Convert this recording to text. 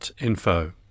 info